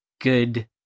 good